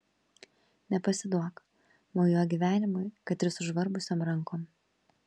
nepasiduok mojuok gyvenimui kad ir sužvarbusiom rankom